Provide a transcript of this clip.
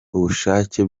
ubushake